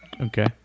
Okay